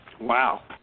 Wow